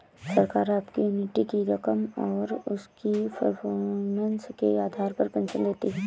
सरकार आपकी एन्युटी की रकम और उसकी परफॉर्मेंस के आधार पर पेंशन देती है